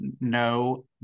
no